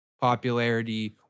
popularity